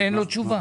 אין לו תשובה.